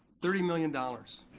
thirty million dollars.